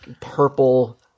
purple